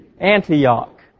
Antioch